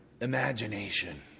imagination